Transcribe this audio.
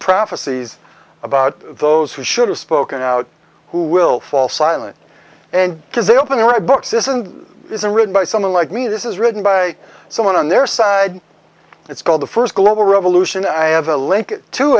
prophecies about those who should have spoken out who will fall silent and because they often write books isn't isn't written by someone like me this is written by someone on their side it's called the first global revolution i have a link to